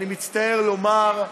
אני מצטער לומר,